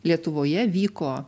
lietuvoje vyko